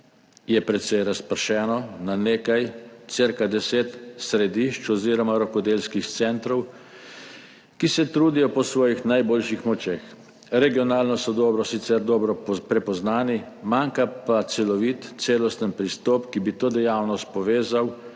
Je precej razpršeno na nekaj, cirka deset središč oziroma rokodelskih centrov, ki se trudijo po svojih najboljših močeh. Regionalno so sicer dobro prepoznani, manjka pa celovit, celosten pristop, ki bi to dejavnost povezal